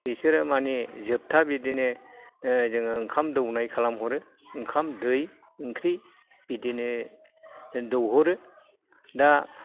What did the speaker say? बिसोरो मानि जोबथा बिदिनो जोङो ओंखाम दौनाय खालामहरो ओंखाम दै ओंख्रि बिदिनो दौहरो दा